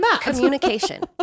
communication